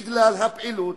בגלל הפעילות